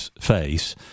face